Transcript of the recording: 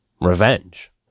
Revenge